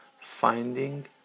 finding